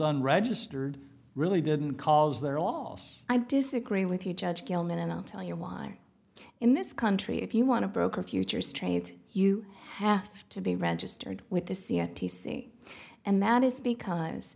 unregistered really didn't cause they're all i disagree with you judge gilman and i'll tell you why in this country if you want to broker a futures trade you have to be registered with the c r t c and that is because